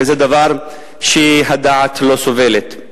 וזה דבר שהדעת לא סובלת.